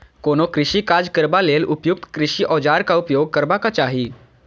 कोनो कृषि काज करबा लेल उपयुक्त कृषि औजारक उपयोग करबाक चाही